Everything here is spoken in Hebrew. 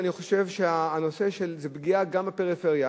ואני חושב שזו פגיעה גם בפריפריה.